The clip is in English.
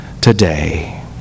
today